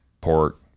pork